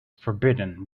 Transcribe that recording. forbidden